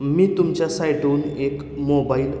मी तुमच्या साईटहून एक मोबाईल